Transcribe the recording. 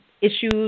issues